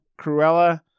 Cruella